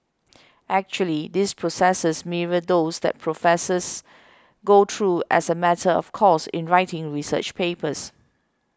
actually these processes mirror those that professors go through as a matter of course in writing research papers